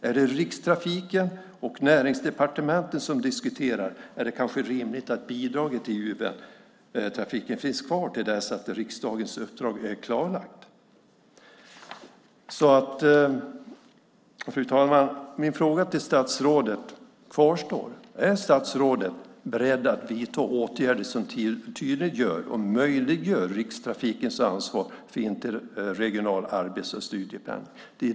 Är det Rikstrafiken och Näringsdepartementet som diskuterar är det kanske rimligt att bidraget till Uventrafiken finns kvar till dess att riksdagens uppdrag är klarlagt. Fru talman! Min fråga till statsrådet kvarstår. Är statsrådet beredd att vidta åtgärder som tydliggör och möjliggör Rikstrafikens ansvar för interregional arbets och studiependling?